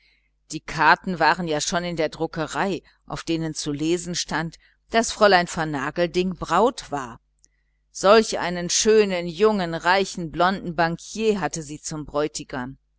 die karten waren ja schon in der druckerei auf denen zu lesen stand daß fräulein vernagelding braut war solch einen schönen jungen reichen blonden bankier hatte sie zum bräutigam